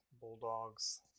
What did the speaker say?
Bulldogs